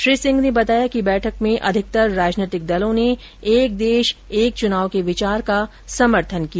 श्री सिंह ने बताया कि बैठक में अधिकतर राजनीतिक दलों ने एक देश एक चुनाव के विचार का समर्थन किया